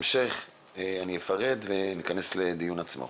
בהמשך אפרט ונכנס לדיון עצמו.